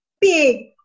big